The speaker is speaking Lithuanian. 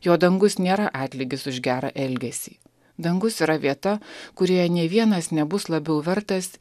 jo dangus nėra atlygis už gerą elgesį dangus yra vieta kurioje nė vienas nebus labiau vertas